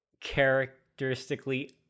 characteristically